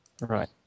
Right